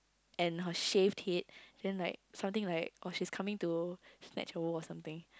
and her shaved head then like something like oh she's coming to snatch a role or something